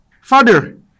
Father